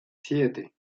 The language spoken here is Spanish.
siete